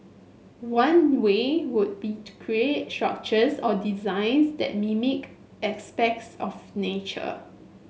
one way would be to create structures or designs that mimic of nature